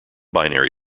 binary